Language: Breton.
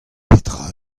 petra